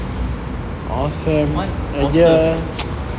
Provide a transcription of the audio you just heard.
why awesome